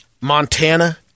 Montana